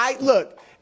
look